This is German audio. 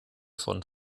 von